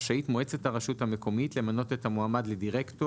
רשאית מועצת הרשות המקומית למנות את המועמד לדירקטור